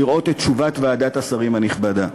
לראות את תשובת ועדת השרים הנכבדה.